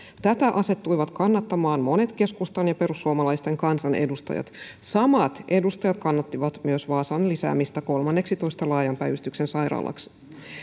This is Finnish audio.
tätä asettuivat kannattamaan monet keskustan ja perussuomalaisten kansanedustajat samat edustajat kannattivat myös vaasan lisäämistä kolmanneksitoista laajan päivystyksen sairaalaksi